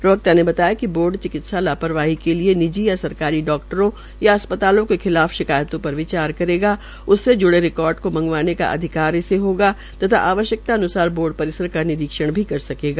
प्रवक्ता ने बताया कि बोर्ड चिकित्सा लापरवाही के लिए निजी या सरकारी डाक्टरों के खिलाफ शिकायतों पर विचार करेगा उससे जूड़े रिकार्ड को मंगवाने का अधिकार होगा तथा आवश्यकान्सार बोर्ड परिसर का निरीक्षण भी कर सकेगा